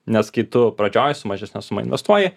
nes kai tu pradžioj su mažesne suma investuoji